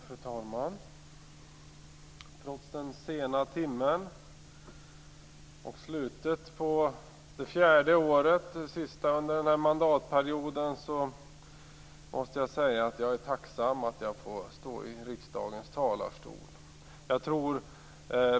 Fru talman! Trots den sena timmen, och trots att vi är i slutet på det fjärde och sista året under denna mandatperiod, måste jag säga att jag är tacksam att jag får stå i riksdagens talarstol.